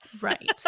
Right